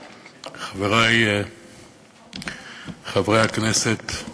תודה, חברי חברי הכנסת,